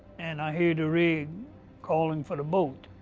and i hear the rig calling for the boat.